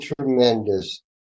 tremendous